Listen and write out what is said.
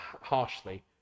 harshly